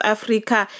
Africa